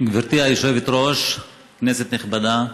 גברתי היושבת-ראש, כנסת נכבדה,